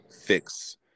fix